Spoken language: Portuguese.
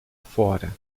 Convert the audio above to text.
fora